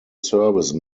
service